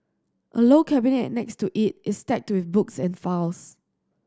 a low cabinet next to it is stacked with books and files